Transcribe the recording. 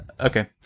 Okay